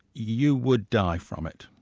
you would die from it.